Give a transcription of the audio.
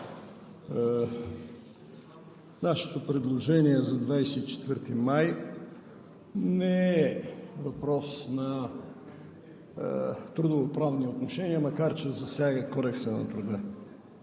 Нашето предложение за 24 май не е въпрос на трудовоправни отношения, макар че засяга Кодекса на труда.